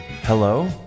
Hello